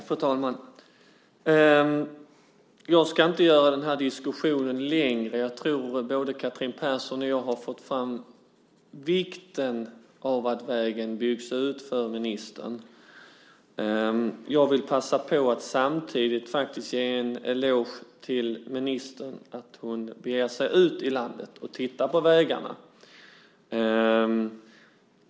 Fru talman! Jag ska inte göra den här diskussionen mycket längre. Jag tror att både Catherine Persson och jag har fått fram för ministern vikten av att vägen byggs ut. Jag vill passa på att samtidigt ge en eloge till ministern för att hon beger sig ut i landet och tittar på vägarna.